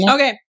Okay